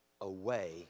away